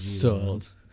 sold